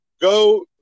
go